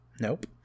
Nope